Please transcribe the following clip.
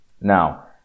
Now